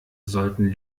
sollten